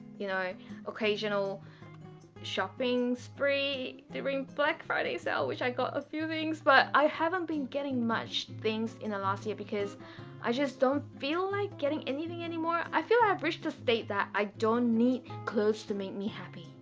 you know occasional shopping spree during black friday sale, which i got a few things but i haven't been getting much things in the last year because i just don't feel like getting anything anymore i feel a bridge to state that i don't need clothes to make me happy.